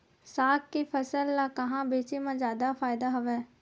साग के फसल ल कहां बेचे म जादा फ़ायदा हवय?